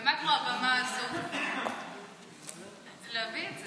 ומה כמו הבמה הזו להביא את זה?